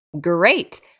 Great